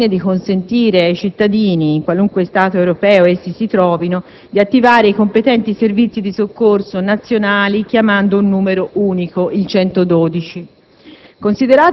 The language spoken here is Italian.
Ciò al fine di consentire ai cittadini, in qualunque Stato europeo essi si trovino, di attivare i competenti servizi di soccorso nazionali chiamando un numero unico, il 112.